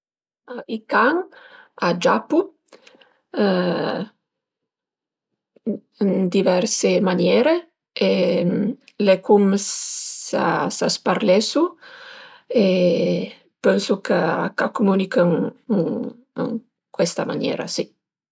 I can a giapu ën diverse maniere e al e cum s'a s'parlesu e pensu ch'a cumünichën ën cuesta maniera si